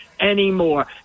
anymore